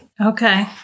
Okay